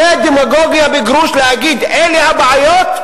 זאת דמגוגיה בגרוש להגיד: אלה הבעיות,